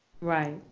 Right